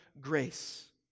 grace